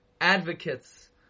advocates